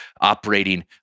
operating